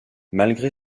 malgré